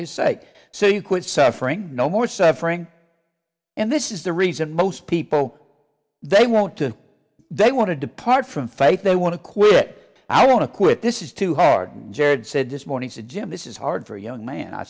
his sake so you quit suffering no more suffering and this is the reason most people they want to they want to depart from faith they want to quit i want to quit this is too hard gerrard said this morning said jim this is hard for a young man i